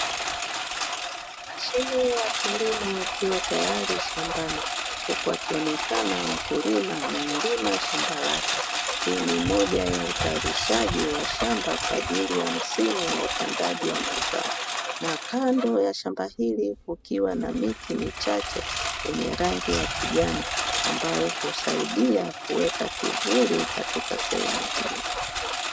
Mashine ya kilimo ikiwa tayari shambani, huku akionekana mkulima anayelima shamba lake. Hii ni moja ya utalishaji wa shamba kwa ajili ya msimu wa upandaji wa mazao, na kando ya shamba hili kukiwa na miti michache yenye rangi ya kijani, ambayo husaidia kuweka kivuli katika sehemu hiyo.